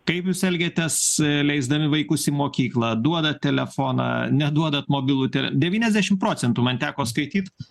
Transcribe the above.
kaip jūs elgiatės leisdami vaikus į mokyklą duodat telefoną neduodat mobilų te devyniasdešim procentų man teko skaityt